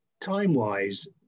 time-wise